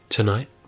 Tonight